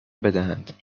بدهند